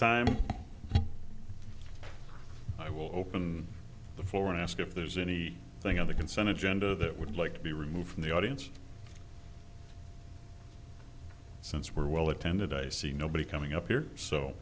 time i will open the floor and ask if there's any thing on the consented genda that would like to be removed from the audience since we're well attended a see nobody coming up here so